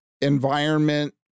environment